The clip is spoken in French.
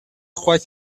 trois